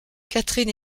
catherine